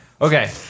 Okay